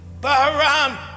Bahram